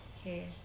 okay